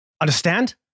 Understand